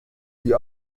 die